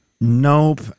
Nope